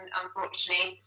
unfortunately